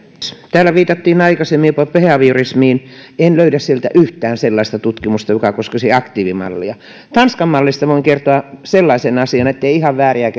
täällä viitattiin aikaisemmin jopa behaviorismiin en löydä sieltä yhtään sellaista tutkimusta joka koskisi aktiivimallia tanskan mallista voin kertoa sellaisen asian ettei ihan vääriä